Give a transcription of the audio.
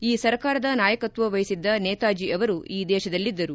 ಈ ಸರ್ಕಾರದ ನಾಯಕತ್ವ ವಹಿಸಿದ್ದ ನೇತಾಜಿ ಅವರು ಈ ದೇತದಲ್ಲಿದ್ದರು